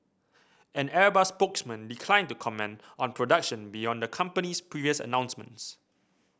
an Airbus spokesman declined to comment on production beyond the company's previous announcements